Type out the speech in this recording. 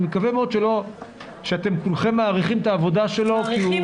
מקווה מאוד שכולכם מעריכים את העבודה שלו --- מעריכים